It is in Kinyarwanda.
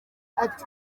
ati